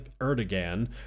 Erdogan